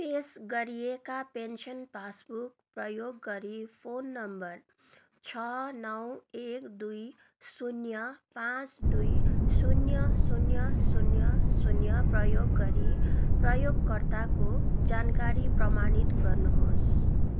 पेस गरिएका pension passbook प्रयोग गरी फोन नम्बर छ नौ एक दुई शून्य पाँच दुई शून्य शून्य शून्य शून्य प्रयोग गरी प्रयोगकर्ताको जानकारी प्रमाणित गर्नुहोस्